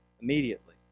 immediately